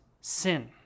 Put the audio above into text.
sin